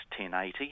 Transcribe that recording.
1080